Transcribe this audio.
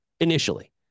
Initially